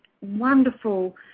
wonderful